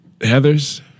Heather's